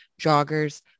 joggers